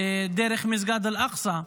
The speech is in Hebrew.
דרך מסגד אל-אקצא,